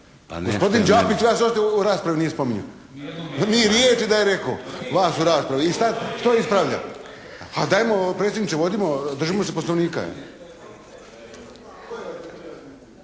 Gospodin Đapić vas uopće u raspravi nije spominjao. Niti riječi da je rekao vas u raspravi. I što ispravlja? A dajmo predsjedniče, vodimo, držimo se Poslovnika.